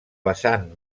vessant